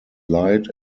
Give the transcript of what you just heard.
light